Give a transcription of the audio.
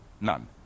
none